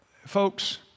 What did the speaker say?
folks